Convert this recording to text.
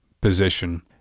position